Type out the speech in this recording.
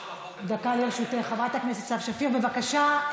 דקה לרשותך, חברת הכנסת סתיו שפיר, בבקשה.